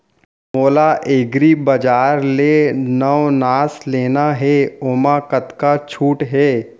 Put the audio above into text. मोला एग्रीबजार ले नवनास लेना हे ओमा कतका छूट हे?